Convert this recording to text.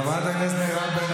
חברת הכנסת מירב בן